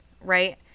right